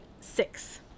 six